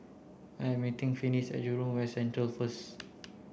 I am meeting Finis at Jurong West Central first